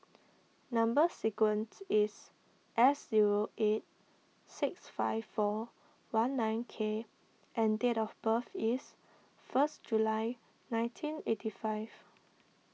Number Sequence is S zero eight six five four one nine K and date of birth is first July nineteen eighty five